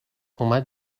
اومد